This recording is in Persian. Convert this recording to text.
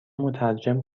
مترجم